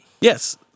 Yes